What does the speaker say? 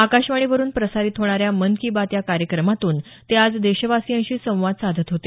आकाशवाणीवरुन प्रसारित होणाऱ्या मन की बात या कार्यक्रमातून ते आज देशवासीयांशी संवाद साधत होते